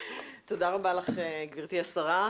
תודה רבה לך גברתי השרה.